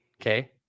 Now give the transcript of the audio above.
Okay